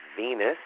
Venus